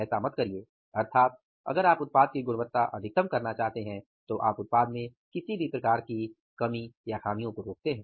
ऐसा मत करिए अर्थात अगर आप उत्पाद की गुणवत्ता अधिकतम करना चाहते हैं तो आप उत्पाद में किसी भी प्रकार की कमी को रोकते हैं